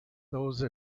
those